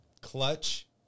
clutch